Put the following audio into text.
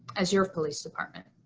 as your police department.